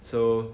so